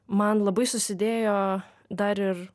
man labai susidėjo dar ir